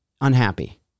unhappy